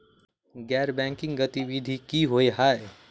गैर बैंकिंग वित्तीय गतिविधि की होइ है?